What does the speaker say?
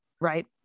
right